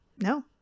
no